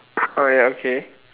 oh ya okay